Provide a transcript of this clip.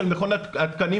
של מכון התקנים,